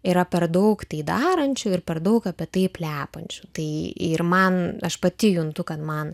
yra per daug tai darančių ir per daug apie tai plepančių tai ir man aš pati juntu kad man